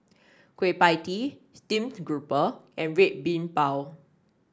Kueh Pie Tee Steamed Grouper and Red Bean Bao